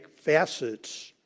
facets